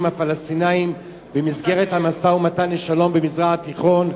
הפלסטינים במסגרת המשא-ומתן לשלום במזרח התיכון,